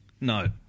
No